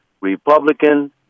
Republican